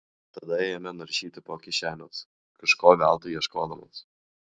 tada ėmė naršyti po kišenes kažko veltui ieškodamas